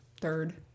third